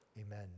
Amen